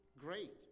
Great